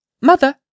Mother